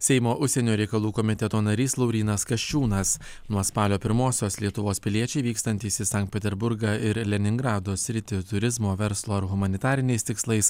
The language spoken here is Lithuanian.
seimo užsienio reikalų komiteto narys laurynas kasčiūnas nuo spalio pirmosios lietuvos piliečiai vykstantys į sankt peterburgą ir leningrado sritį turizmo verslo ar humanitariniais tikslais